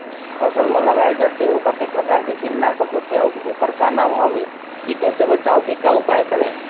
फसल म लगाए जाथे ओ कतेक प्रकार के कीट नासक होथे अउ ओकर का नाम हवे? कीटों से बचाव के का उपाय करें?